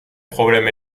problèmes